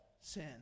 Sin